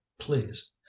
please